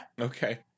Okay